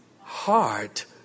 heart